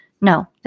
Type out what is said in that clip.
no